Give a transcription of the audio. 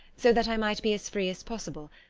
so that i might be as free as possible,